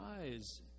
eyes